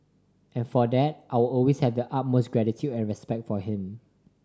and for that I will always have the utmost gratitude and respect for him